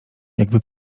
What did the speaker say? jakby